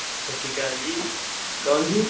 ਸਤਿ ਸ਼੍ਰੀ ਅਕਾਲ ਜੀ ਕੌਣ ਜੀ